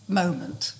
moment